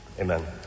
Amen